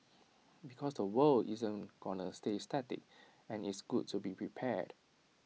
because the world isn't gonna stay static and it's good to be prepared